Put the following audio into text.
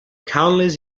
countless